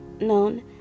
known